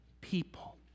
people